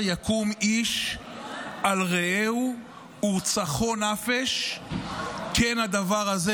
יקום איש על רעהו ורצחו נפש כן הדבר הזה"